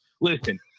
listen